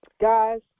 guys